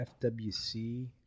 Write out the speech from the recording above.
FWC